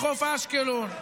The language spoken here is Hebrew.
בחוף אשקלון,